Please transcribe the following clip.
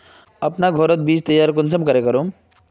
अपना घोरोत बीज तैयार कुंसम करे करूम?